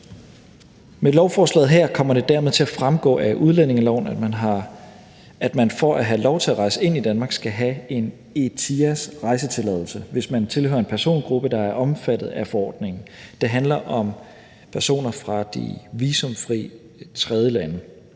Med lovforslaget her kommer det dermed til at fremgå af udlændingeloven, at man for at have lov til at rejse ind i Danmark skal have en ETIAS-rejsetilladelse, hvis man tilhører en persongruppe, der er omfattet af forordningen. Det handler om personer fra de visumfri tredjelande.